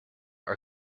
are